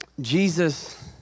Jesus